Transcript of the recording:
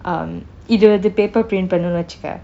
um இது:ithu paper print பன்னும்னு வச்சுக்க:pannum nu vachuka